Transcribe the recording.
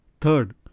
Third